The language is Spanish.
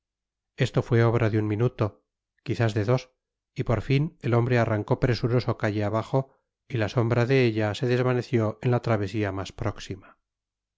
esto fue obra de un minuto quizás de dos y por fin el hombre arrancó presuroso calle abajo y la sombra de ella se desvaneció en la travesía más próxima